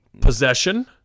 possession